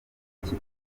kitoko